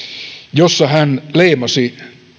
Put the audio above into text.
jossa hän leimasi